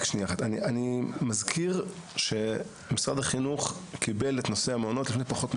אני מזכיר שמשרד החינוך קיבל את נושא המעונות לפני פחות מחודש.